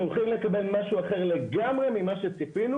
הולכים לקבל משהו אחר לגמרי ממה שציפינו,